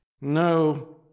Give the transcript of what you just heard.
No